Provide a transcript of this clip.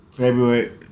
February